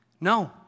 No